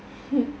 hmm